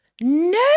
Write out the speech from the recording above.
No